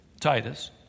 Titus